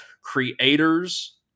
creators